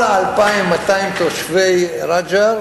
כל 2,200 תושבי רג'ר,